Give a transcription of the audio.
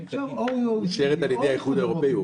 או ה-OECD או האיחוד האירופאי.